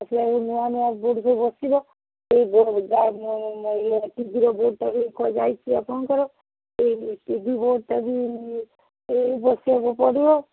ସେଥିପାଇଁ ନୂଆ ନୂଆ ବୋର୍ଡ଼୍ ସବୁ ବସିବ ସେଇ ଟିଭିର ବୋର୍ଡ଼୍ଟା ବି ଆପଣଙ୍କର ସେଇ ଟି ଭି ବୋର୍ଡ଼ଟା ବି ବସେଇବାକୁ ପଡ଼ିବ